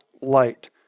light